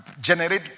generate